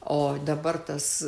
o dabar tas